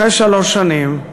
אחרי שלוש שנים,